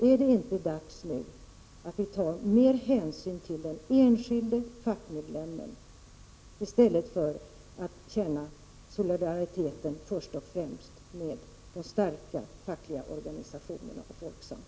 Är det inte dags att nu ta mer hänsyn till den enskilde fackmedlemmen i stället för att först och främst känna solidaritet med de starka fackliga organisationerna och Folksam?